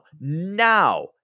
now